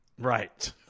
Right